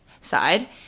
side